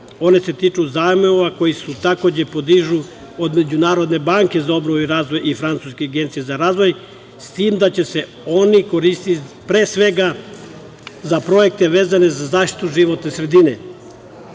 One se tiču zajmova koji se takođe podižu od Međunarodne banke za obnovu i razvoj i Francuske agencije za razvoj, s tim da će se oni koristiti pre svega za projekte vezane za zaštitu životne sredine